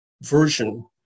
version